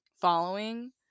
following